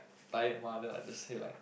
tired mah then I just say like